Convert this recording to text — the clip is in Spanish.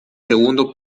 segundo